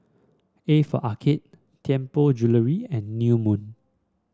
A for Arcade Tianpo Jewellery and New Moon